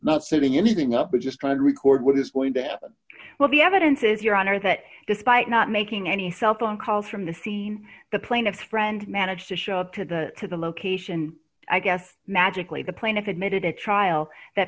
not fitting anything up but just trying to record what is going to well the evidence is your honor that despite not making any cell phone calls from the scene the plaintiff's friend managed to show up to the to the location i guess magically the plaintiff admitted at trial that